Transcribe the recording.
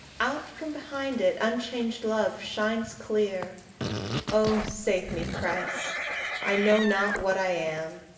out from behind it unchanged love shines clear oh, save me, christ i know not what i am,